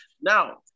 Now